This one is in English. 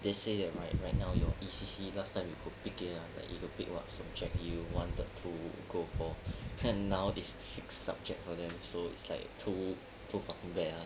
they say that right right now your E_C_C last time you could pick it like you could pick what subject you wanted to go for and now it's mixed subject for them so it's like too too fucking bad uh